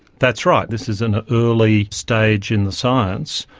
that's right this is an early stage in the science.